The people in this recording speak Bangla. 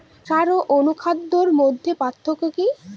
সার ও অনুখাদ্যের মধ্যে পার্থক্য কি?